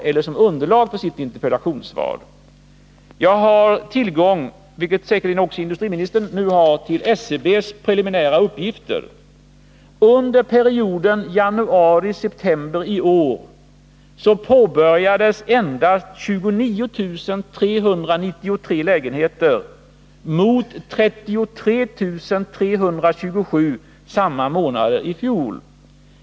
Jag har nämligen tillgång till SCB:s preliminära uppgifter — vilket säkerligen också industriministern har nu. Enligt dessa påbörjades under perioden januari-september i år endast 29 393 lägenheter mot 33 327 under samma tid i fjol.